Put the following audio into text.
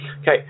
Okay